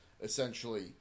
essentially